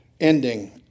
ending